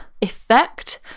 effect